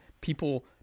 people